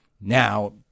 Now